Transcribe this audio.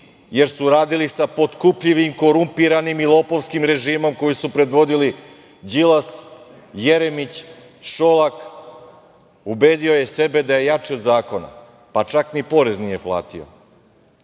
jer su radili sa potkupljivim, korupmiranim i lopovskim režimom koji su predvodili Đilas, Jeremić, Šolak, ubedio je sebe da je jači od zakona. Čak ni porez nije platio.